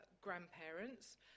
grandparents